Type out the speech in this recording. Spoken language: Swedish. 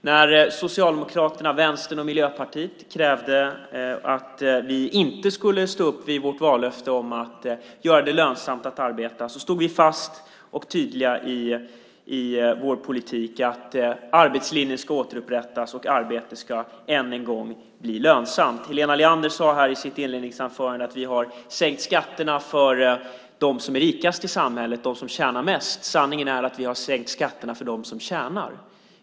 När Socialdemokraterna, Vänstern och Miljöpartiet krävde att vi inte skulle stå fast vid vårt vallöfte om att göra det lönsamt att arbeta stod vi fasta och tydliga i vår politik att arbetslinjen ska återupprättas och att arbete än en gång ska bli lönsamt. Helena Leander sade i sitt inledningsanförande att vi har sänkt skatterna för dem som är rikast i samhället, för dem som tjänar mest. Sanningen är att vi har sänkt skatterna för dem som tjänar.